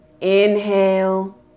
Inhale